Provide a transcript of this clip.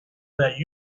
that